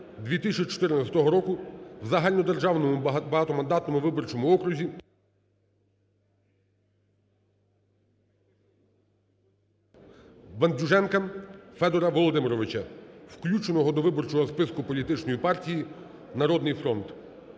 2014 року в загальнодержавному багатомандатному виборчому окрузі, Бендюженка Федора Володимировича, включеного до виборчого списку політичної партії "Народний фронт".